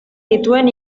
dituen